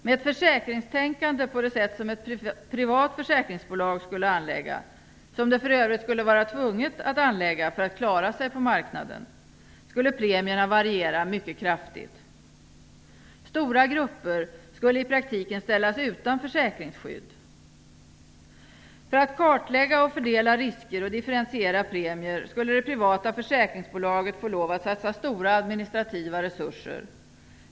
Med ett försäkringstänkande på det sätt som ett privat försäkringsbolag skulle anlägga - som det för övrigt skulle vara tvingat att anlägga för att klara sig på marknaden - skulle premierna variera mycket kraftigt. Stora grupper skulle i praktiken ställas utan försäkringsskydd. För att kartlägga och fördela risker och differentiera premier skulle det privata försäkringsbolaget få lov att satsa stora administrativa resurser.